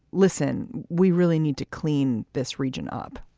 listen, we really need to clean this region up?